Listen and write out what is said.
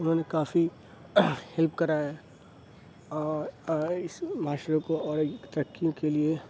اُنہوں نے کافی ہیلپ کرا ہے اور اِس معاشرے کو اور ترقی کے لیے